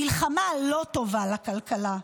מלחמה לא טובה לכלכלה,